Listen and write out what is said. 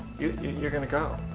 you're gonna go.